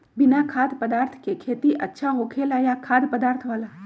बिना खाद्य पदार्थ के खेती अच्छा होखेला या खाद्य पदार्थ वाला?